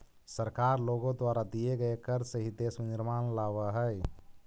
सरकार लोगों द्वारा दिए गए कर से ही देश में निर्माण लावअ हई